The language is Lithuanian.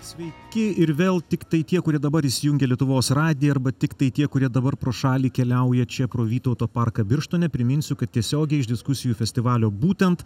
sveiki ir vėl tiktai tie kurie dabar įsijungė lietuvos radiją arba tiktai tie kurie dabar pro šalį keliauja čia pro vytauto parką birštone priminsiu kad tiesiogiai iš diskusijų festivalio būtent